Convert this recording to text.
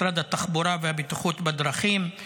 משרד התחבורה והבטיחות בדרכים,